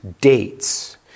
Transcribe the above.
dates